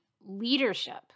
leadership